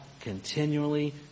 continually